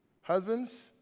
Husbands